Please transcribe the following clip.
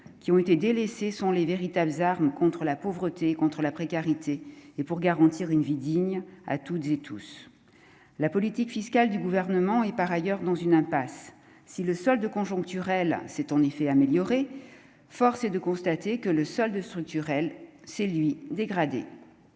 qui ont été délaissés sont les véritables armes contre la pauvreté, contre la précarité et pour garantir une vie digne à toutes et tous la politique fiscale du gouvernement et par ailleurs dans une impasse si le solde conjoncturel s'est en effet améliorée, force est de constater que le solde structurel c'est lui dégrader